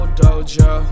dojo